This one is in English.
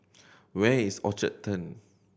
where is Orchard Turn